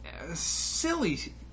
silly